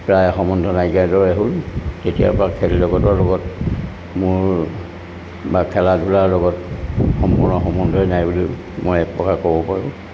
প্ৰায় সম্বন্ধ নাইকিয়াৰ দৰে হ'ল তেতিয়াৰ পৰা খেল জগতৰ লগত মোৰ বা খেলা ধূলাৰ লগত সম্পূৰ্ণ সম্বন্ধই নাই বুলি মই এক প্ৰকাৰ ক'ব পাৰোঁ